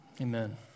Amen